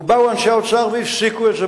ובאו אנשי האוצר והפסיקו את זה.